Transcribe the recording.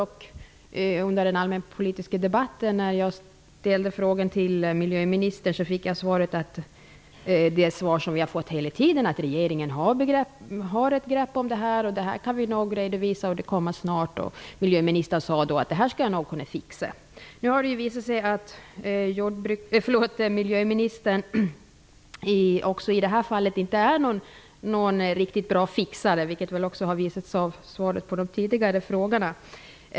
När jag under den allmänpolitiska debatten frågade miljöministern om detta fick jag samma svar som vi har fått hela tiden, nämligen att regeringen har ett grepp om det här, att man nog kan redovisa det och att en redovisning kommer snart. Miljöministern sade då att han nog skulle kunna fixa det här. Nu har det också i det här fallet visat sig att miljöministern inte är någon riktigt bra fixare, vilket väl också har framgått av svaret på de tidigare frågorna.